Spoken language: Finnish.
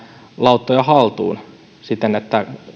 lauttoja haltuun siten että